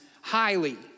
highly